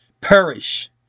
perish